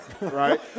right